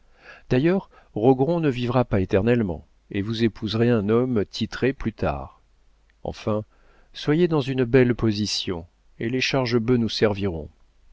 d'ailleurs rogron ne vivra pas éternellement et vous épouserez un homme titré plus tard enfin soyez dans une belle position et les chargebœuf nous serviront